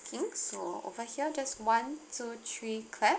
booking so over here just one two three clap